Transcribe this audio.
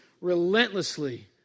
relentlessly